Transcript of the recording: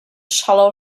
shallow